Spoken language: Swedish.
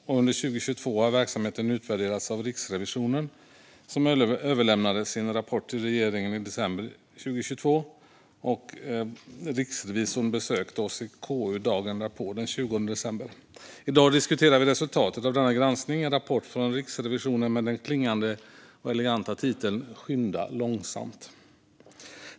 Och under 2022 har verksamheten utvärderats av Riksrevisionen, som överlämnade sin rapport till regeringen i december 2022. Riksrevisorn besökte oss i KU dagen därpå, den 20 december. I dag diskuterar vi resultatet av denna granskning; en rapport från Riksrevisionen med den klingande och eleganta titeln Skynda långsamt .